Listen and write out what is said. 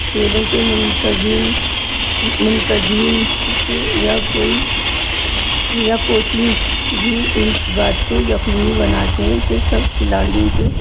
کھیلوں کے منتظم منتظم کے یا کوئی یا کوچنگس بھی ان بات کو یقینی بناتے ہیں کہ سب کھلاڑیوں کے